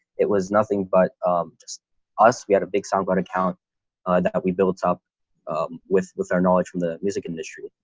it was nothing but just us we had a big soundboard account that we built up with with our knowledge from the music industry.